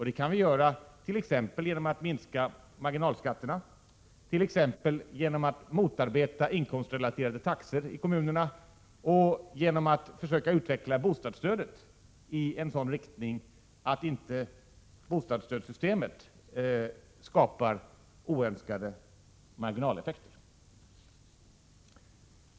Det kan vi göra t.ex. genom att minska marginalskatterna, genom att motarbeta inkomstrelaterade taxor i kommunerna och genom att försöka utveckla bostadsstödet i en sådan riktning att inte bostadsstödssystemet skapar oönskade marginaleffekter.